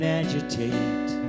agitate